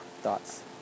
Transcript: thoughts